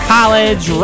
College